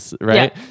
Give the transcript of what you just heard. right